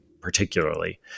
particularly